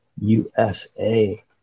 USA